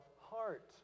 heart